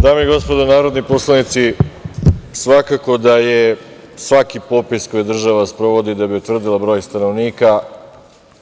Dame i gospodo narodni poslanici, svakako da je svaki popis koji je država sprovodila da bi utvrdila broj stanovnika